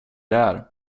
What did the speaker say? där